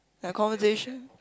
their conversation